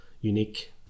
unique